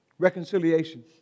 Reconciliation